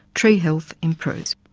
tree health improves.